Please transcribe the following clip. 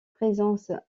présence